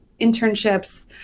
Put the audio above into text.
internships